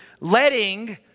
letting